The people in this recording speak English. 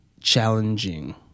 challenging